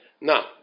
Now